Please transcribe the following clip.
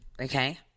okay